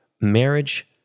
marriage